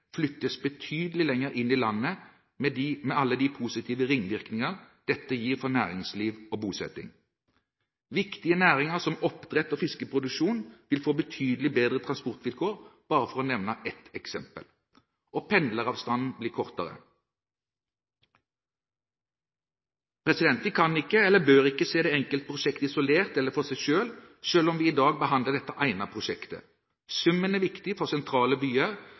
flyttes betydelig lenger inn i landet, med alle de positive ringvirkninger dette gir for næringsliv og bosetting. Viktige næringer som oppdrett og fiskeproduksjon vil få betydelig bedre transportvilkår, for å nevne et eksempel, og pendleravstanden blir kortere. Vi kan ikke eller bør ikke se det enkelte prosjekt isolert eller for seg selv, selv om vi i dag behandler dette ene prosjektet. Summen er viktig for sentrale byer,